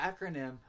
acronym